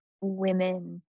women